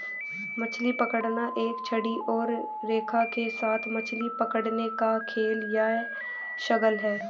मछली पकड़ना एक छड़ी और रेखा के साथ मछली पकड़ने का खेल या शगल है